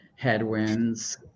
headwinds